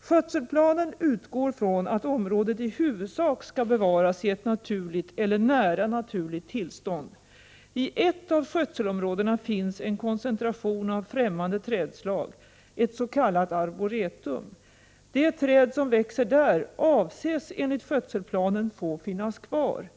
Skötselplanen utgår från att området i huvudsak skall bevaras i ett naturligt eller nära naturligt tillstånd. I ett av skötselområdena finns en koncentration av främmande trädslag, ett s.k. arboretum. De träd som växer där avses enligt skötselplanen få finnas kvar.